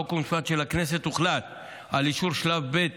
חוק ומשפט של הכנסת הוחלט על אישור שלב זה